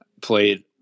played